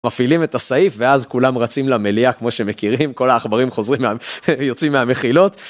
מפעילים את הסעיף ואז כולם רצים למליאה כמו שמכירים כל העכברים חוזרים, יוצאים מהמחילות.